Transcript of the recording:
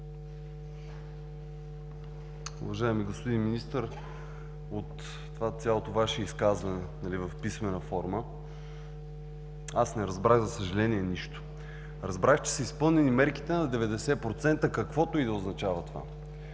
Уважаеми господин Министър, от цялото Ваше изказване в писмена форма не разбрах, за съжаление, нищо. Разбрах, че са изпълнени мерките на 90%, каквото и да означава това.